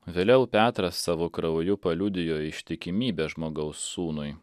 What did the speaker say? vėliau petras savo krauju paliudijo ištikimybę žmogaus sūnui